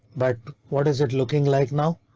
but what is it looking like now?